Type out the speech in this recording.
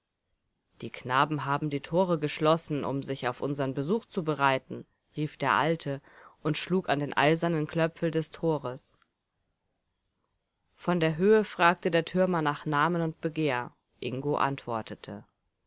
die knaben haben die tore geschlossen um sich auf unseren besuch zu bereiten rief der alte und schlug an den eisernen klöpfel des tores von der höhe fragte der türmer nach namen und begehr ingo antwortete